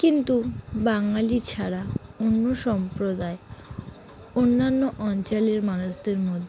কিন্তু বাঙালি ছাড়া অন্য সম্প্রদায় অন্যান্য অঞ্চলের মানুষদের মধ্যে